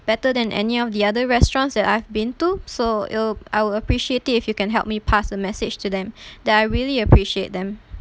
better than any of the other restaurants that I've been to so it'll I would appreciate it if you can help me pass the message to them that I really appreciate them